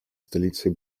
столицей